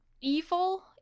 evil